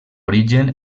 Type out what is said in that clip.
origen